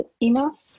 enough